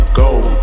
gold